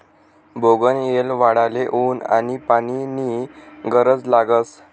बोगनयेल वाढाले ऊन आनी पानी नी गरज लागस